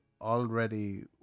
already